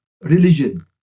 religion